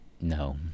No